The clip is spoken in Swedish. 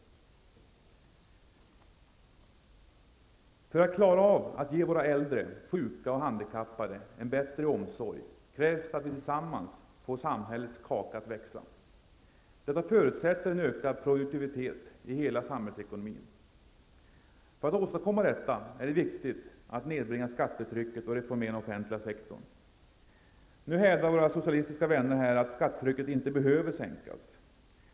För att klara av att ge våra äldre, sjuka och handikappade en bättre omsorg krävs det att vi tillsammans får samhällets kaka att växa. Det förutsätter en ökad produktivitet i hela samhällsekonomin. För att åstadkomma detta är det viktigt att nedbringa skattetrycket och reformera den offentliga sektorn. Nu hävdar våra socialistiska vänner att skattetrycket inte behöver sänkas.